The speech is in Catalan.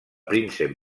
príncep